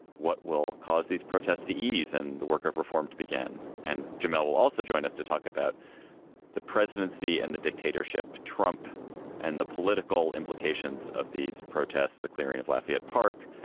what will cause these protests to ease and the work of reform to begin? and jamal will also join us to talk about the presidency and the dictatorship, trump and the political implications of these protests. the clearing of lafayette park,